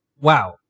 Wow